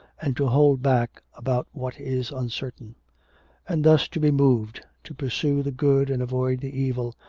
and to hold back about what is uncertain and thus to be moved to pursue the good and avoid the evil,